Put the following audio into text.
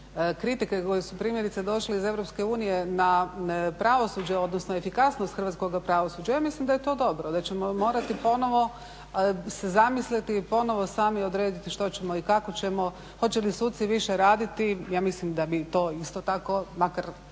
kritike koje su primjerice došle iz Europske unije na pravosuđe, odnosno efikasnost hrvatskoga pravosuđa, ja mislim da je to dobro da ćemo morati ponovo se zamisliti i ponovo sami odrediti što ćemo i kako ćemo, hoće li suci više raditi, ja mislim da bi to isto tako, makar